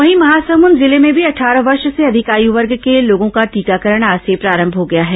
वहीं महासमुंद जिले में भी अट्ठारह वर्ष से अधिक आयु वर्ग के लोगों का टीकाकरण आज से प्रारंभ हो गया है